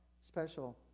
special